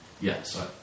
Yes